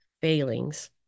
failings